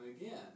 again